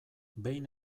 behin